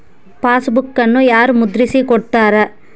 ಪಾಸ್ಬುಕನ್ನು ಯಾರು ಮುದ್ರಿಸಿ ಕೊಡುತ್ತಾರೆ?